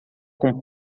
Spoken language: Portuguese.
com